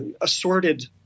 assorted